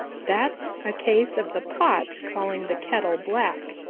that's a case of the pot calling the kettle black,